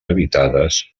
habitades